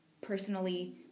personally